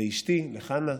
לאשתי, לחנה,